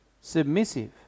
submissive